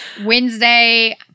Wednesday